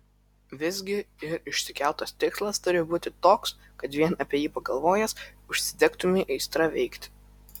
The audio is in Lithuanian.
visgi ir išsikeltas tikslas turi būti toks kad vien apie jį pagalvojęs užsidegtumei aistra veikti